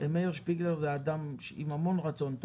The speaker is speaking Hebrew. מאיר שפיגלר הוא אדם עם המון רצון טוב.